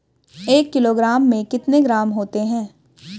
एक किलोग्राम में कितने ग्राम होते हैं?